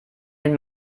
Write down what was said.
den